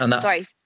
sorry